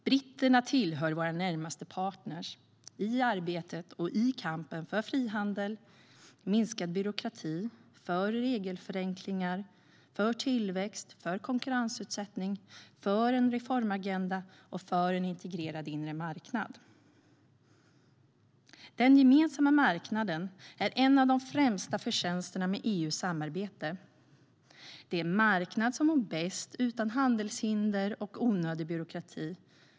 Britterna tillhör våra närmaste partner i arbetet med och kampen för frihandel, minskad byråkrati, regelförenklingar, tillväxt, konkurrensutsättning, en reformagenda och en integrerad inre marknad. Den gemensamma marknaden är en av de främsta förtjänsterna med EU:s samarbete. Det är en marknad som mår bäst utan handelshinder och onödig byråkrati.